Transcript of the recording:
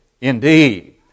indeed